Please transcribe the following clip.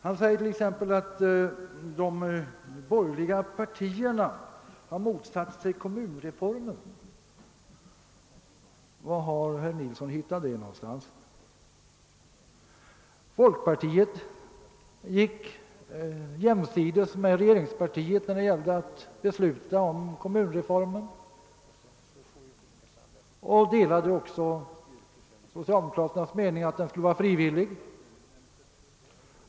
Han säger t.ex. att de borgerliga partierna har motsatt sig kommunreformen. Var någonstans har herr Nilsson funnit belägg för detta? Folkpartiet gick jämsides med regeringspartiet när det gällde att besluta om kommunreformen och delade också socialdemokraternas mening att den skulle vara frivillig.